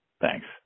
Thanks